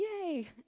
Yay